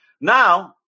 Now